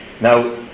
now